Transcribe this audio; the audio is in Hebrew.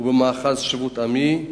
ובמאחז שבות-עמי